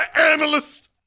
analyst